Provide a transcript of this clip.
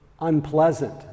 unpleasant